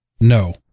No